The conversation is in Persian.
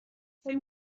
فکر